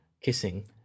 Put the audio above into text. kissing